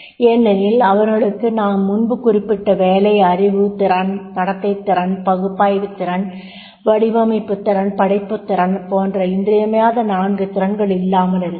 ஏனெனில் அவர்களுக்கு நாம் முன்பு குறிப்பிட்ட வேலை அறிவு திறன் நடத்தை திறன் பகுப்பாய்வு திறன் வடிவமைப்பு திறன் படைப்பு திறன் போன்ற இன்றியமையாத 4 திறன்கள் இல்லாமலிருக்கலாம்